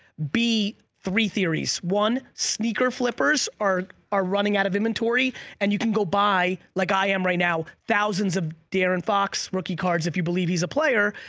b, three theories. one, sneaker flippers are are running out of inventory and you can go buy, like i am right now, thousands of darren fox rookie cards if you believe he's a player.